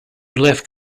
left